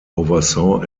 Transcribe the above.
oversaw